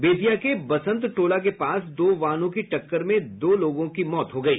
बेतिया के बसंत टोला के पास दो वाहनों की टक्कर में दो लोगों की मौत हो गयी